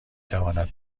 تواند